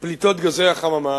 פליטות גזי החממה.